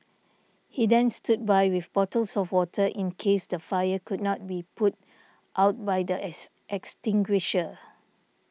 he then stood by with bottles of water in case the fire could not be put out by the extinguisher